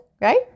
right